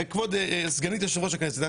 סגנית יושב-ראש הכנסת,